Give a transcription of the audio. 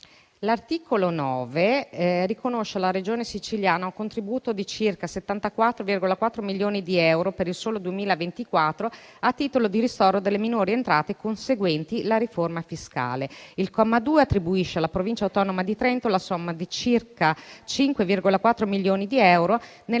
L'articolo 9 riconosce alla Regione Siciliana un contributo di circa 74,4 milioni di euro per il solo 2024, a titolo di ristoro delle minori entrate conseguenti la riforma fiscale. Il comma 2 attribuisce alla Provincia autonoma di Trento la somma di circa 5,4 milioni di euro nell'anno